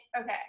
okay